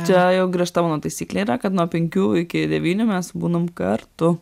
čia jau griežta mano taisyklė yra kad nuo penkių iki devynių mes būnam kartu